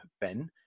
Ben